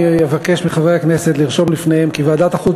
אני אבקש מחברי הכנסת לרשום לפניהם כי ועדת החוץ